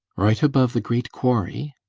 right above the great quarry?